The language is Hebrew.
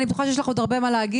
אני בטוחה שיש לך עוד הרבה מה להגיד.